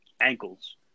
ankles